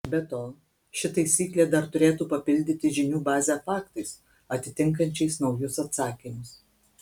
be to ši taisyklė dar turėtų papildyti žinių bazę faktais atitinkančiais naujus atsakymus